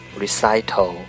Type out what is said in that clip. recital